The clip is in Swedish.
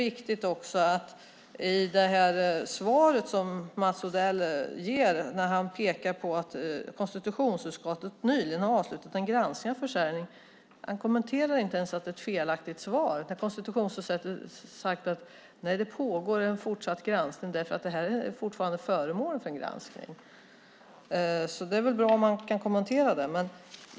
I det svar som Mats Odell ger pekar han på att konstitutionsutskottet nyligen avslutat en granskning av försäljningen, men han kommenterar inte ens att det är ett felaktigt svar. Konstitutionsutskottet har sagt att det pågår en fortsatt granskning; frågan är fortfarande föremål för granskning. Det vore bra om statsrådet kunde kommentera det.